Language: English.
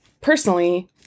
personally